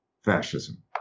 fascism